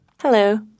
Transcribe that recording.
Hello